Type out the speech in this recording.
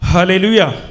Hallelujah